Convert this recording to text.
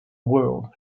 world